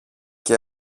και